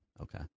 Okay